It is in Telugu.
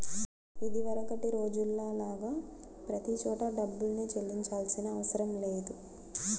ఇదివరకటి రోజుల్లో లాగా ప్రతి చోటా డబ్బుల్నే చెల్లించాల్సిన అవసరం లేదు